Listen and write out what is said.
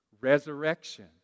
resurrection